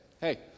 Hey